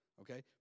Okay